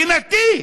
מדינתי,